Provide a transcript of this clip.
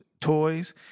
toys